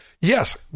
Yes